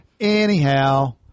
Anyhow